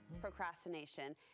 procrastination